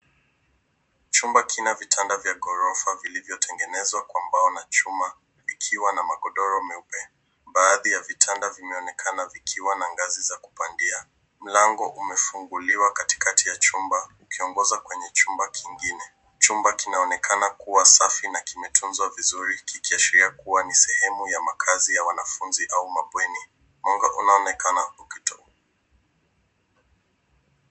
Chumba kina vitanda vya ghorofa vilivyotengenezwa kwa mbao na chuma ikiwa na magodoro meupe. Baadhi ya vitanda vinaonekana vikiwa na ngazi za kupandia. Mlango umefunguliwa katikati ya chumba ukiongoza kwenye chumba kingine. Chumba kinaonekana kuwa safi na kimetunzwa vizuri kikiashiria kuwa ni sehemu ya makazi ya wanafunzi au mabweni. Mwanga unaonekana.